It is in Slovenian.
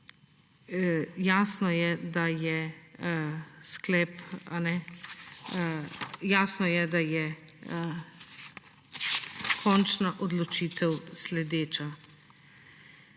jasno je, da je sklep, da je končna odločitev sledeča.